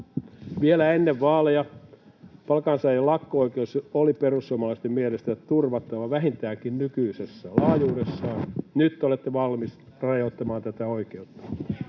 Vielä ennen vaaleja palkansaajien lakko-oikeus oli perussuomalaisten mielestä turvattava vähintäänkin nykyisessä laajuudessaan, nyt olette valmis rajoittamaan tätä oikeutta.